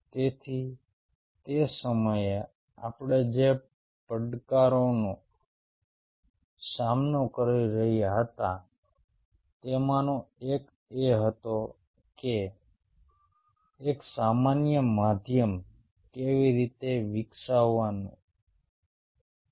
તેથી તે સમયે આપણે જે પડકારોનો સામનો કરી રહ્યા હતા તેમાંનો એક એ હતો કે એક સામાન્ય માધ્યમ કેવી રીતે વિકસાવવું અને